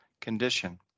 condition